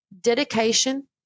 dedication